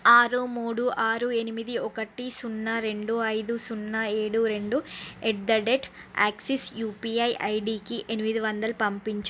ఆరు మూడు ఆరు ఎనిమిది ఒకటి సున్నా రెండు ఐదు సున్నా ఏడు రెండు at the rate Axis UPI ఐడికి ఎనిమిది వందలు పంపించు